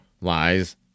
lies